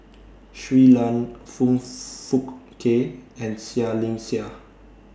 Shui Lan Foong Fook Kay and Seah Liang Seah